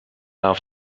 auf